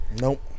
Nope